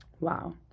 Wow